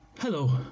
Hello